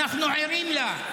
אנחנו ערים לה.